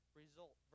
result